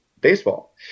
baseball